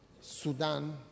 Sudan